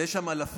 ויש שם אלפים,